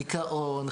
דכאון,